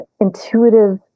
intuitive